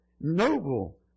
noble